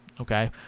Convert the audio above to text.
okay